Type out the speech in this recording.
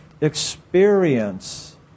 experience